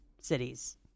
cities